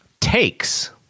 takes